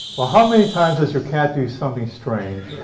well, how many times does your cat do something strange